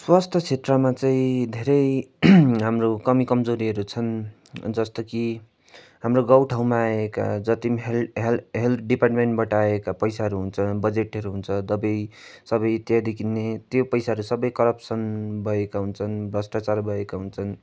स्वास्थ्य क्षेत्रमा चाहिँ धेरै हाम्रो कमी कमजोरीहरू छन् जस्तो कि हाम्रो गाउँठाउँमा आएका जति पनि हेल् हेल्थ डिपार्टमेन्टबाट आएका पैसाहरू हुन्छ बजेटहरू हुन्छ दबाई सबै इत्यादि किन्ने त्यो पैसाहरू सबै करप्सन भएका हुन्छन् भ्रष्टचार भएका हुन्छन्